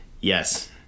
yes